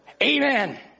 Amen